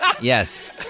Yes